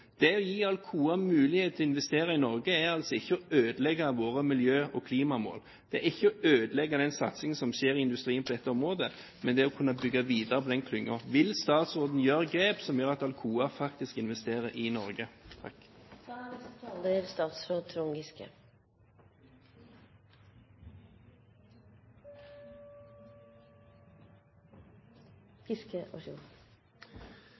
Det å gi Alcoa mulighet til å investere i Norge er altså ikke å ødelegge våre miljø- og klimamål. Det er ikke å ødelegge den satsingen som skjer i industrien på dette området, men det er å kunne bygge videre på den klyngen. Vil statsråden ta grep som gjør at Alcoa faktisk investerer i Norge? La meg først si at det er